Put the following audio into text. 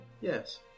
Yes